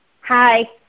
Hi